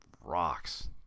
rocks